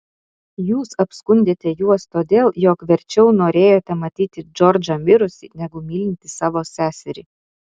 jūs apskundėte juos todėl jog verčiau norėjote matyti džordžą mirusį negu mylintį savo seserį